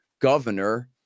Governor